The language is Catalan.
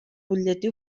butlletí